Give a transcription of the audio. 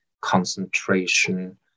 concentration